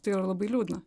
tai yra labai liūdna